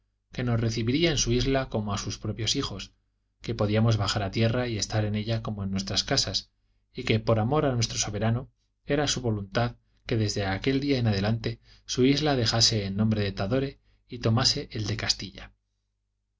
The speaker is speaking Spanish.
que nos recibiría en su isla como a sus propios hijos que podíamos bajar a tierra y estar en ella como en nuestras casas y que por amor a nuestro soberano era su voluntad que desde aquel día en adelante su isla dejase el nombre de tadore y tomase el de castilla